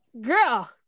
Girl